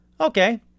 Okay